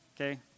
Okay